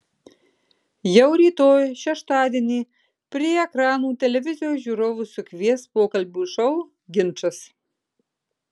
jau rytoj šeštadienį prie ekranų televizijos žiūrovus sukvies pokalbių šou ginčas